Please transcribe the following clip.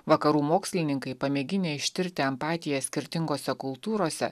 vakarų mokslininkai pamėginę ištirti empatiją skirtingose kultūrose